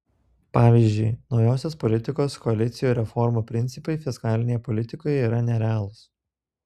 pavyzdžiui naujosios politikos koalicijos reformų principai fiskalinėje politikoje yra nerealūs